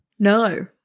No